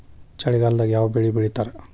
ಚಳಿಗಾಲದಾಗ್ ಯಾವ್ ಬೆಳಿ ಬೆಳಿತಾರ?